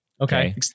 Okay